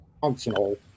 functional